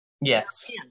yes